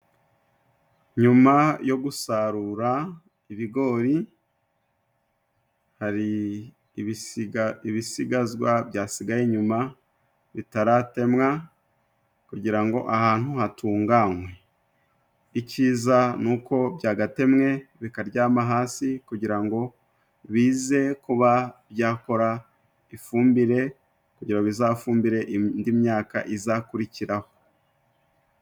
Nyuma yo gusarura ibigori hari ibisiga ibisigazwa byasigaye inyuma bitaratemwa kugira ngo ahantu hatunganwe, icyiza n'uko byagatemwe, bikaryama hasi kugira ngo bize kuba byakora ifumbire ,kugira bizafumbire indi myaka izakurikiraho.